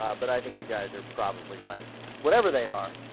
but i think you guys are probably right whatever they are